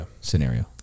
scenario